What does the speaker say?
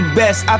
best